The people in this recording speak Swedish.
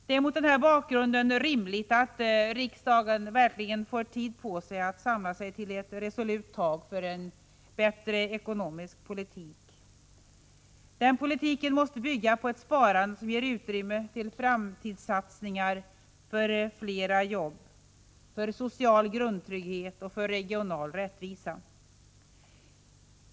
Det är mot denna bakgrund rimligt att riksdagen verkligen får tid på sig att samla sig ett resolut tag för en bättre ekonomisk politik. Den politiken måste bygga på ett sparande som ger utrymme till framtidssatsningar för fler jobb, social grundtrygghet och regional rättvisa.